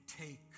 take